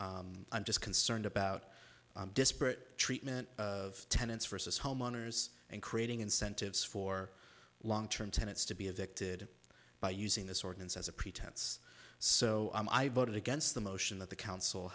i'm just concerned about disparate treatment of tenants versus homeowners and creating incentives for long term tenants to be evicted by using this ordinance as a pretense so i voted against the motion that the council